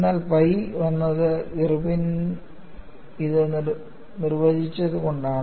എന്നാൽ പൈ വന്നത് ഇർവിൻ ഇത് നിർവചിച്ചതുകൊണ്ടാണ്